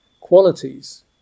qualities